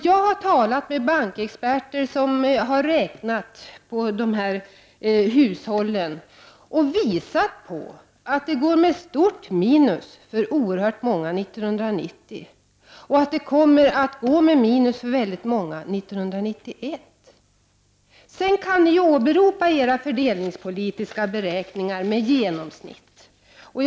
Jag har talat med bankexperter som har tittat på effekterna för hushållen. De har räknat fram att det går med ett stort minus för oerhört många under 1990 och 1991. Sedan kan ni åberopa era genomsnittliga fördelningspolitiska beräkningar så mycket ni vill.